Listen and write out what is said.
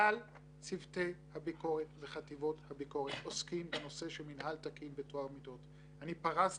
כל המטרה שלנו היא לראות שכל סוגיה של מערכות מידע וסיכוניה שהפכו להיות